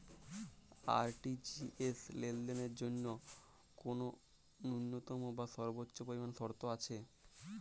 RTGS লেনদেনের জন্য কোন ন্যূনতম বা সর্বোচ্চ পরিমাণ শর্ত আছে?